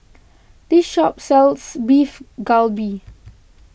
this shop sells Beef Galbi